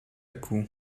coup